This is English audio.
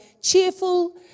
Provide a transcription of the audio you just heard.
cheerful